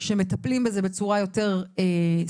שמטפלים בזה בצורה יותר ספציפית.